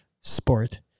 sport